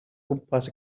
gwmpas